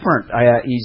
different